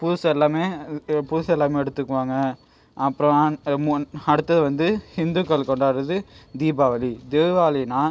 புதுசாக எல்லாமே புதுசாக எல்லாமே எடுத்துக்குவாங்க அப்புறம் மு அடுத்தது வந்து ஹிந்துக்கள் கொண்டாடுகிறது தீபாவளி தீபாவளின்னா